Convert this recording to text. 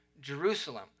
Jerusalem